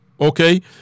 Okay